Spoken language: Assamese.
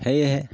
সেয়েহে